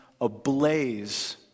ablaze